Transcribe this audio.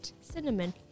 cinnamon